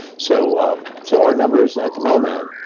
so so our numbers, at the moment,